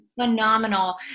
Phenomenal